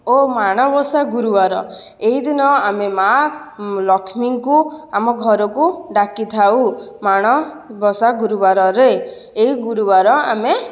ଓ ମାଣବସା ଗୁରୁବାର ଏହି ଦିନ ଆମେ ମା' ଲକ୍ଷ୍ମୀଙ୍କୁ ଆମ ଘରକୁ ଡାକିଥାଉ ମାଣବସା ଗୁରୁବାରରେ ଏହି ଗୁରୁବାର ଆମେ